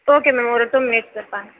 okay ma'am ஒரு two minutes இதோ பாக்